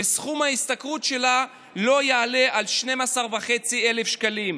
וסכום ההשתכרות שלה לא יעלה על 12,500 שקלים.